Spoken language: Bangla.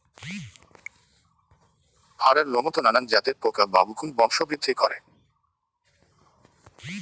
ভ্যাড়ার লোমত নানান জাতের পোকা বা উকুন বংশবৃদ্ধি করে